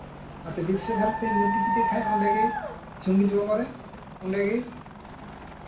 ᱟᱫᱚ ᱵᱤᱥᱥᱚ ᱵᱷᱟᱨᱚᱛᱤᱨᱮᱧ ᱵᱷᱚᱨᱛᱤ ᱠᱮᱫᱮ ᱠᱷᱟᱡ ᱚᱸᱰᱮᱜᱮ ᱥᱚᱝᱜᱤᱛ ᱵᱷᱚᱵᱚᱱ ᱨᱮ ᱚᱸᱰᱮᱜᱮ